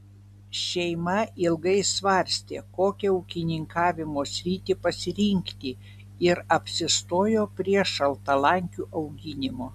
šeima ilgai svarstė kokią ūkininkavimo sritį pasirinkti ir apsistojo prie šaltalankių auginimo